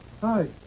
Hi